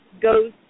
goes